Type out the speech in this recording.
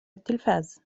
التلفاز